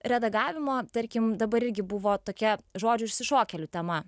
redagavimo tarkim dabar irgi buvo tokia žodžiu išsišokėlių tema